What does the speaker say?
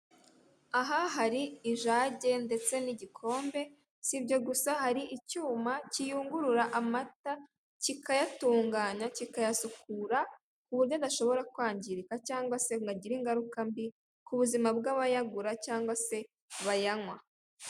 Aha hari ijage ndetse n'igikombe, si ibyo gusa, hari icyuma kiyungurura amata, kikayantunganya, kikayasukura, ku buryo adashobora kwangirika cyangwa se ngo agire ingaruka mbi ku buzima bw'abayagura cyangwa se bayanywa.